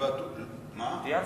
כן,